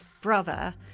brother